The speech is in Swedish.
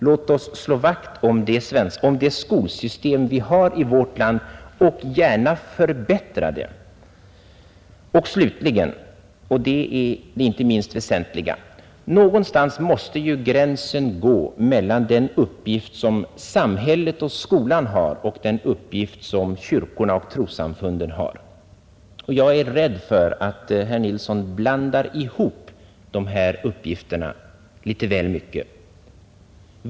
Låt oss slå vakt om det skolsystem vi har i vårt land och gärna förbättra det! Och slutligen — och det är det inte minst väsentliga: någonstans måste gränsen gå mellan den uppgift som samhället och skolan har och den uppgift som kyrkorna och trossamfunden har. Jag är rädd för att herr Nilsson blandar ihop dessa uppgifter litet väl mycket.